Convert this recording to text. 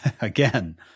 Again